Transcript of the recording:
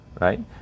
Right